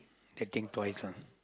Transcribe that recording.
can think twice lah